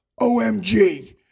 OMG